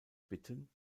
bitten